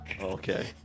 Okay